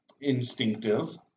instinctive